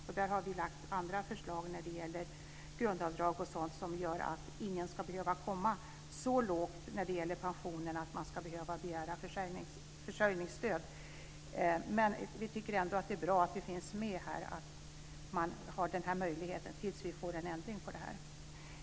Vi har lagt fram andra förslag med grundavdrag och liknande så att ingen ska behöva få så låg inkomst av pensionen att man ska behöva begära försörjningsstöd. Vi tycker ändå att det är bra att det finns med att man har den här möjligheten tills vi får en ändring.